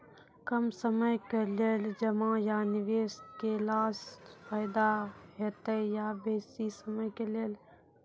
कम समय के लेल जमा या निवेश केलासॅ फायदा हेते या बेसी समय के लेल?